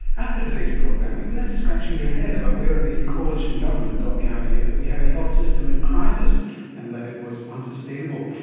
after today's program you'll be left scratching your head about where the coalition government got the idea that we had a health system in crisis and that it was unsustainable.